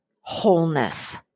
wholeness